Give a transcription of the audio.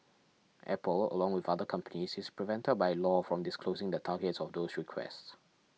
Apple along with other companies is prevented by law from disclosing the targets of those requests